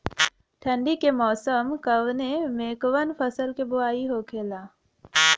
ठंडी के मौसम कवने मेंकवन फसल के बोवाई होखेला?